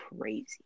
crazy